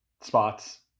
spots